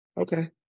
Okay